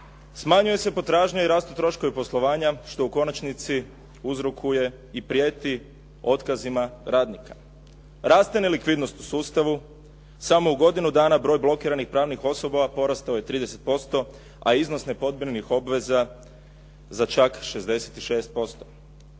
Smanjuje se potražnja i rastu troškovi poslovanja što u konačnici uzrokuje i prijeti otkazima radnika. Raste nelikvidnost u sustavu. Samo u godinu dana broj blokiranih pravnih osoba porastao je 30%, a iznos nepodmirenih obveza za čak 66%.